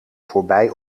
voorbij